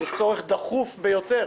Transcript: יש צורך דחוף ביותר